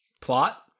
plot